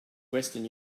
western